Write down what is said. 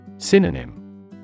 Synonym